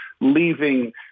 leaving